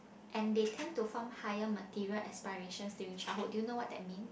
and they tend to form higher material aspirations during childhood do you know what that means